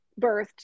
birthed